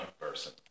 person